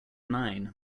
nine